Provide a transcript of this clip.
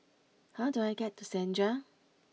how do I get to Senja